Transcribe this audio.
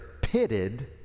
pitted